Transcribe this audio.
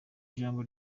ijambo